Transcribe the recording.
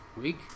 week